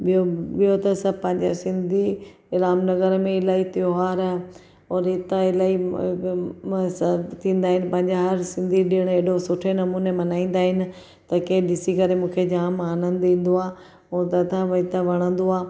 ॿियो ॿियो त सभु पंहिंजे सिंधी रामनगर में अलाई त्योहार और हितां अलाई म स थींदा आहिनि पंहिंजा हर सिंधी ॾिण हेॾो सुठे नमूने मल्हाईंदा आहिनि त के ॾिसी करे मूंखे जाम आनंद ईंदो आहे पोइ तथा हेॾो वणंदो आहे